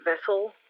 vessel